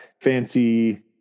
fancy